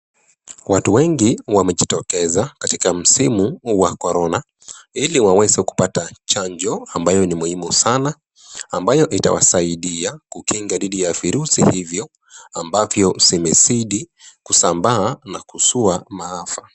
Watu wengi wamejitokeza katika msimu wa korona ili waweze kupata chanjo ambayo ni muhimu sana ambayo itawasaidia kukinga dhidi ya virusi hivyo ambavyo zimezidi kusambaa na kuzua maafa.